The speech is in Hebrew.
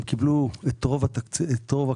הם קיבלו את רוב הכספים.